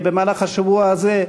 במהלך השבוע הזה,